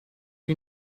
you